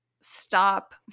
stop